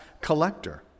collector